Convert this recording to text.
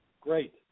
Great